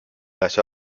let